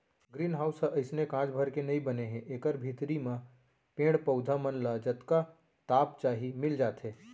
green house ह अइसने कांच भर के नइ बने हे एकर भीतरी म पेड़ पउधा मन ल जतका ताप चाही मिल जाथे